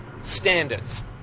standards